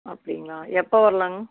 அப்டிங்களா எப்போ வருலாங்க